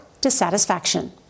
dissatisfaction